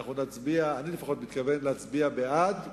אני לפחות מתכוון להצביע בעד,